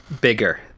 bigger